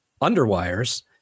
Underwires